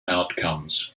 outcomes